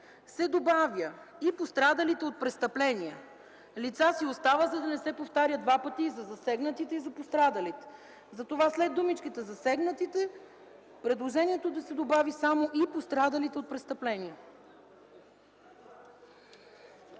се добавя „и пострадалите от престъпления”, „лица” си остава, за да не се повтаря два пъти и за засегнатите и за пострадалите. Затова след думичката „засегнатите” предложението е да се добави само и „пострадалите от престъпление”.